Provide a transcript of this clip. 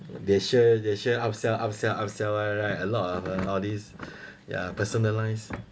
they sure they sure upsell upsell upsell [one] right a lot of uh all these ya personalized